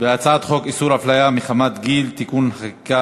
הצעת חוק איסור הפליה מחמת גיל (תיקוני חקיקה),